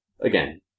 again